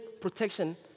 protection